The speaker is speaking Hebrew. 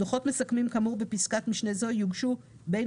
דוחות מסכמים שכאמור בפסקת משנה זו יוגשו בין